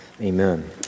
Amen